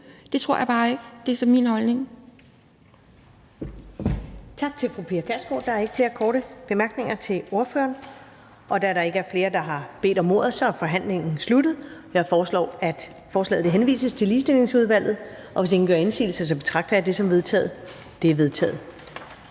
det tror jeg bare ikke. Det er så min holdning.